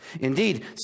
Indeed